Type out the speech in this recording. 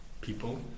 people